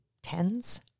tens